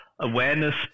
awareness